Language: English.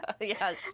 Yes